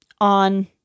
on